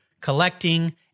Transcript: collecting